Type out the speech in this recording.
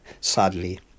sadly